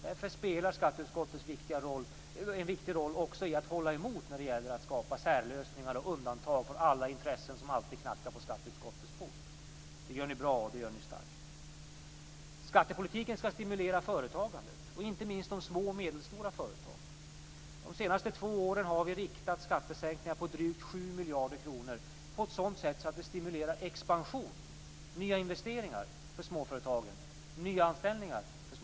Därför spelar skatteutskottet en viktig roll också i att hålla emot när det gäller att skapa särlösningar och undantag för alla intressen som alltid knackar på skatteutskottets port. Det gör ni bra, och det gör ni starkt! Skattepolitiken skall stimulera företagandet - inte minst de små och medelstora företagen. De senaste två åren har vi riktat skattesänkningar på drygt 7 miljarder kronor på ett sådant sätt att det stimulerar expansion, nya investeringar och nyanställningar för småföretagen.